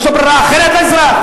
יש לו ברירה אחרת, לאזרח?